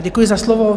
Děkuji za slovo.